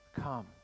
come